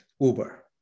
Uber